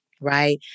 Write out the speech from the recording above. right